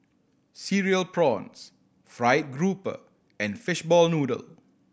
Cereal Prawns fried grouper and fishball noodle